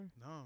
No